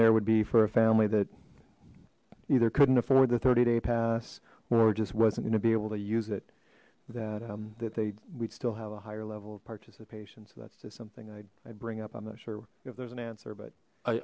there would be for a family that either couldn't afford the thirty day pass or just wasn't going to be able to use it that that they we'd still have a higher level of participation so that's just something i bring up i'm not sure if there's an answer but i